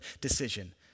decision